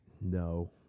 No